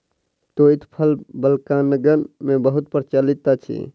तूईत फल बालकगण मे बहुत प्रचलित अछि